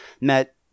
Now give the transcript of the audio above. met